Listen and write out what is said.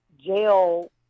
Jail